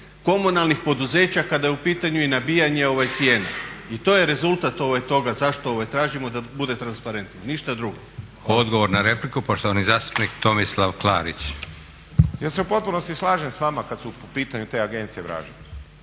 komunalnih poduzeća kada je u pitanju i nabijanje cijena. I to je rezultat toga zašto tražimo da bude transparentno, ništa drugo. **Leko, Josip (SDP)** Odgovor na repliku, poštovani zastupnik Tomislav Klarić. **Klarić, Tomislav (HDZ)** Ja se u potpunosti slažem s vama kad su u pitanju te agencije vražje,